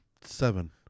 seven